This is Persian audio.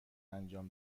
انجام